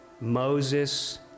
Moses